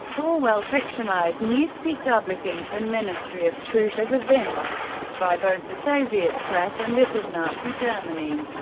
orwell fictionalized newspeak doublethink, and ministry of truth as evinced by both the soviet press and that of nazi germany.